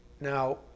Now